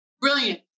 brilliant